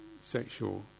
sexual